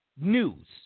news